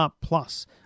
plus